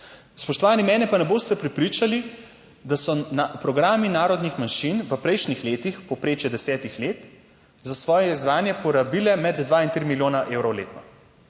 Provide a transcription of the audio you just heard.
Spoštovani, mene pa ne boste prepričali, da so programi narodnih manjšin v prejšnjih letih povprečje desetih let za svoje izvajanje porabile med dva in tri milijone evrov letno,